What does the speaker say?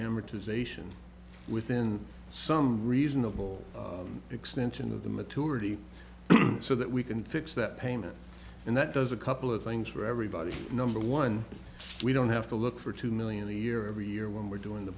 amortization within some reasonable extension of the maturity so that we can fix that payment and that does a couple of things for everybody number one we don't have to look for two million a year every year when we're doing the